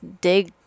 dig